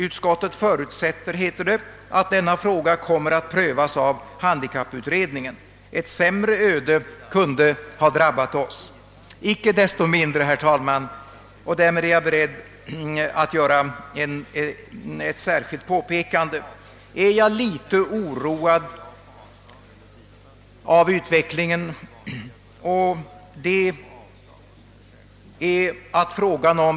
» Utskottet förutsätter», heter det, »att denna fråga kommer att prövas av handikapputredningen». Ett sämre öde kunde ha drabbat oss. Inte desto mindre, herr talman — och därmed är jag beredd att göra ett särskilt påpekande — är jag litet oroad av utvecklingen.